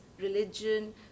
religion